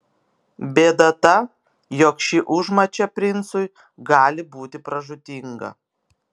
bėda ta jog ši užmačia princui gali būti pražūtinga